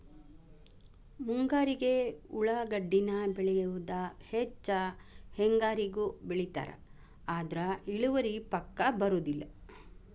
ಮುಂಗಾರಿಗೆ ಉಳಾಗಡ್ಡಿನ ಬೆಳಿಯುದ ಹೆಚ್ಚ ಹೆಂಗಾರಿಗೂ ಬೆಳಿತಾರ ಆದ್ರ ಇಳುವರಿ ಪಕ್ಕಾ ಬರುದಿಲ್ಲ